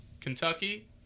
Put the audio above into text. kentucky